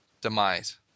demise